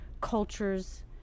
cultures